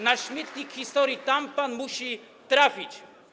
Na śmietnik historii - tam pan musi trafić.